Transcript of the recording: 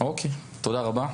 תודה רבה.